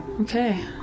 Okay